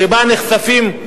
שבה נחשפים,